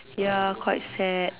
ya quite sad